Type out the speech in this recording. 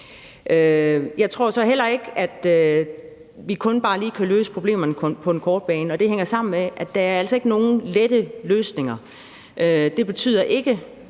Jeg tror så heller ikke, at vi bare lige kan løse problemerne på den korte bane, og det hænger sammen med, at der altså ikke er nogen lette løsninger. Jeg tror